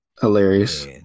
Hilarious